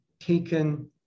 taken